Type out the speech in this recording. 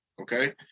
okay